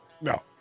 No